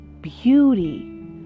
beauty